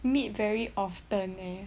meet very often leh